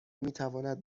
میتواند